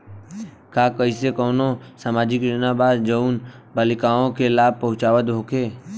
का एइसन कौनो सामाजिक योजना बा जउन बालिकाओं के लाभ पहुँचावत होखे?